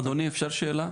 אדוני, אפשר שאלה?